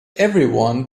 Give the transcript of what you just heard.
everyone